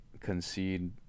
concede